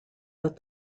that